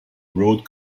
road